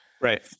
Right